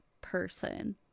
person